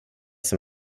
som